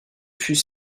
fus